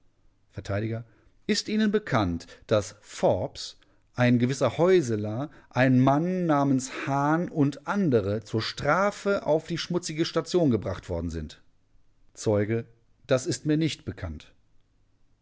vert ist ihnen bekannt daß forbes ein gewisser häuseler ein mann namens hahn u a zur strafe auf die schmutzige station gebracht worden sind zeuge das ist mir nicht bekannt